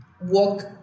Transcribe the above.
walk